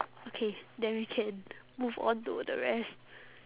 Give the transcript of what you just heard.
okay then we can move on to the rest